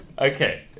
Okay